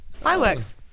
fireworks